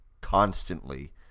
constantly